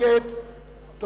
סעיף 10, כהצעת הוועדה, נתקבל.